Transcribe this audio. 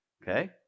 Okay